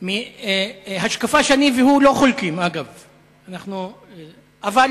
אגב, השקפה שאני והוא לא חולקים, אבל מייד